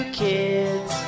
kids